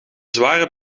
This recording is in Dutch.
zware